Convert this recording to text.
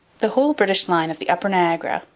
the whole british line of the upper niagara,